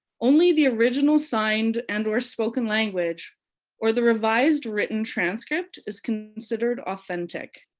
only the original signed and or spoken language or the revised written transcript is considered authentic.